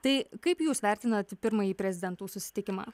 tai kaip jūs vertinat pirmąjį prezidentų susitikimą